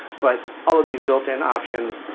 but all of these built-in options,